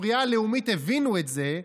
בספרייה הלאומית הבינו את זה,